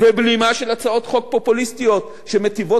ובלימה של הצעות חוק פופוליסטיות שמיטיבות